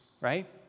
right